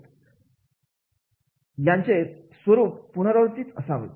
आहेत यांचे स्वरूप पुनरावृत्तीच असावा